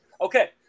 Okay